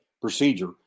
procedure